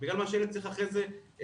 בגלל מה שהילד צריך אחר כך לעבור.